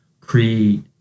Create